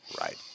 Right